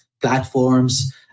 platforms